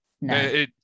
No